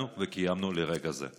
קיימנו והגיענו לרגע זה.